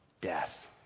death